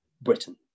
Britain